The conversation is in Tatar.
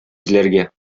эзләргә